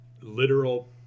literal